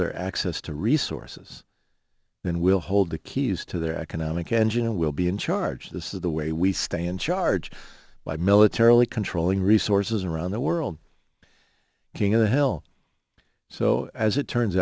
their access to resources then we'll hold the keys to their economic engine and we'll be in charge this is the way we stay in charge by militarily controlling resources around the world king of the hill so as it turns